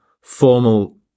formal